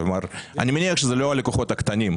אני מניח שזה לא הלקוחות הקטנים.